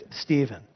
Stephen